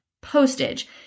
postage